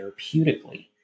therapeutically